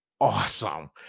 awesome